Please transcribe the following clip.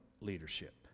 leadership